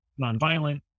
nonviolent